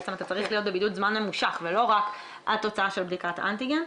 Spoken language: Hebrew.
בעצם אתה צריך להיות בבידוד זמן ממושך ולא רק עד תוצאה של בדיקת אנטיגן,